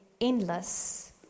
endless